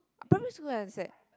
primary school and sec